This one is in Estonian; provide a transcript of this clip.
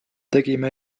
tegime